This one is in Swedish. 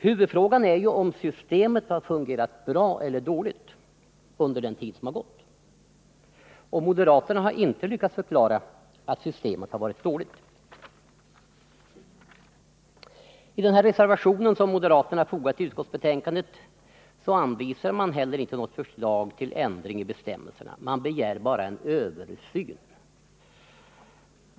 Huvudfrågan är ju om systemet har fungerat bra eller dåligt under den tid som har gått, men moderaterna har inte lyckats förklara att systemet har varit dåligt. I den reservation som moderaterna har fogat till utskottsbetänkandet anvisar man heller inte något förslag till ändring, utan man begär bara en översyn av partistödet.